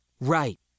Right